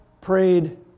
prayed